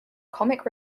comic